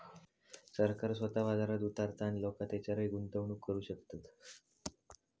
सरकार स्वतः बाजारात उतारता आणि लोका तेच्यारय गुंतवणूक करू शकतत